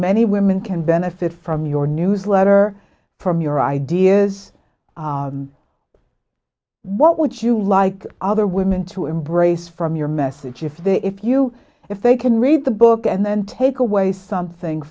many women can benefit from your newsletter from your ideas what would you like other women to embrace from your message if they if you if they can read the book and take away something